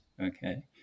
okay